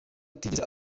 atigeze